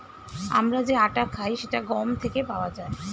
আমরা যে আটা খাই সেটা গম থেকে পাওয়া যায়